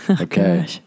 Okay